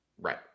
Right